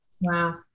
Wow